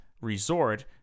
resort